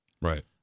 Right